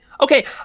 okay